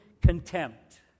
contempt